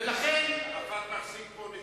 ערפאת מחזיק פה נציגים.